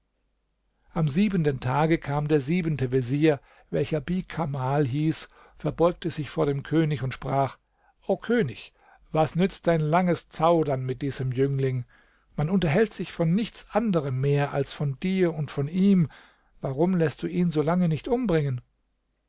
am siebenten tage kam der siebente vezier welcher bihkamal hieß verbeugte sich vor dem könig und sprach o könig was nützt dein langes zaudern mit diesem jüngling man unterhält sich von nichts anderem mehr als von dir und von ihm warum läßt du ihn so lange nicht umbringen